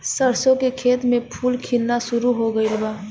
सरसों के खेत में फूल खिलना शुरू हो गइल बा